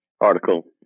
article